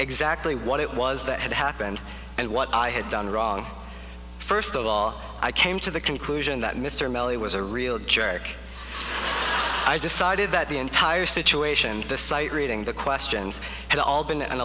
exactly what it was that had happened and what i had done wrong first of all i came to the conclusion that mr mellie was a real jerk i decided that the entire situation the sight reading the questions had al